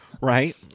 right